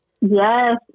Yes